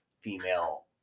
female